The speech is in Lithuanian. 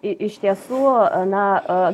i iš tiesų na a